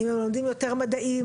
אם הם לומדים יותר מדעים,